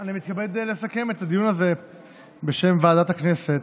אני מתכבד לסכם את הדיון הזה בשם ועדת הכנסת.